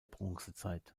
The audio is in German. bronzezeit